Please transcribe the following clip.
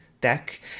deck